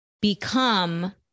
become